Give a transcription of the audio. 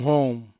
Home